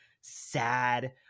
sad